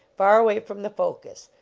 far away from the focus,